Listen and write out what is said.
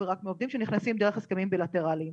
ורק מעובדים שנכנסים דרך הסכמים בילטרליים.